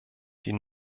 die